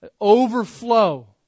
Overflow